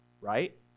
Right